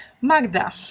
Magda